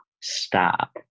Stop